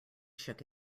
shook